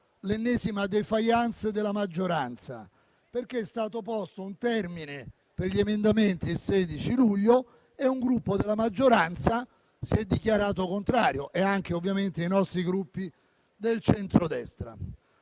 l'ennesima *défaillance* della maggioranza, perché è stato posto un termine per gli emendamenti - il 16 luglio - e un Gruppo della maggioranza si è dichiarato contrario, oltre ovviamente ai Gruppi del centrodestra.